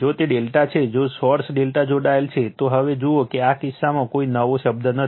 જો તે ∆ છે જો સોર્સ ∆ જોડાયેલ છે તો હવે જુઓ કે આ કિસ્સામાં કોઈ નવો શબ્દ નથી